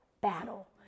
battle